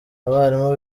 abarimu